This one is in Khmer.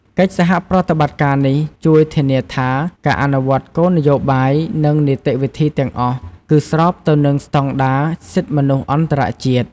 កិច្ចសហប្រតិបត្តិការនេះជួយធានាថា ការអនុវត្តគោលនយោបាយ និងនីតិវិធីទាំងអស់គឺស្របទៅនឹងស្តង់ដារសិទ្ធិមនុស្សអន្តរជាតិ។